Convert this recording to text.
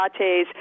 lattes